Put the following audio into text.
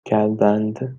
کردند